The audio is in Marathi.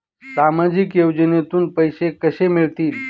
सामाजिक योजनेतून पैसे कसे मिळतील?